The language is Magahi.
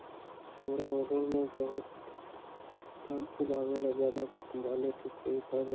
हमारा ओरहुल में बहुत कम फूल आवेला ज्यादा वाले के कोइ उपाय हैं?